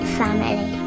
family